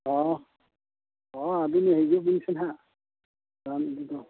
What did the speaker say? ᱦᱚᱸ ᱦᱚᱸ ᱟᱹᱵᱤᱱ ᱦᱤᱡᱩᱜ ᱵᱤᱱ ᱥᱮ ᱱᱟᱦᱟᱜ ᱨᱟᱱ ᱤᱫᱤ ᱫᱚ